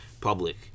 public